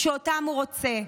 שאותם הוא רוצה.